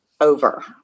over